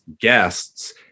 guests